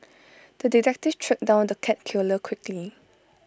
the detective tracked down the cat killer quickly